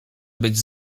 być